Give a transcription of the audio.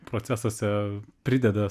procesuose prideda